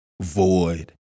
void